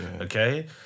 Okay